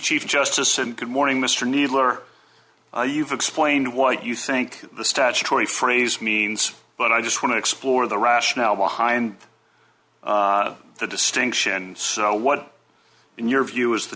chief justice and good morning mr nadler you've explained why do you think the statutory phrase means but i just want to explore the rationale behind the distinction what in your view is the